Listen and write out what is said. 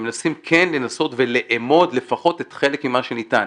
שמנסים כן לנסות ולאמוד לפחות את חלק ממה שניתן.